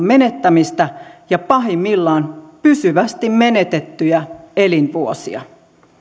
menettämistä ja pahimmillaan pysyvästi menetettyjä elinvuosia